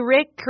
Rick